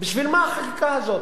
בשביל מה החקיקה הזאת?